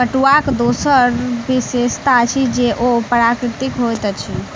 पटुआक दोसर विशेषता अछि जे ओ प्राकृतिक होइत अछि